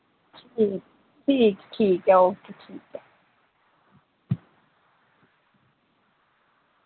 ठीक ठीक ऐ ओके ठीक ऐ